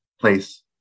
place